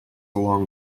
along